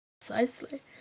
Precisely